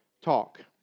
Talk